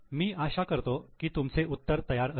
मी आशा करतो की तुमचे उत्तर तयार असेल